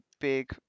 big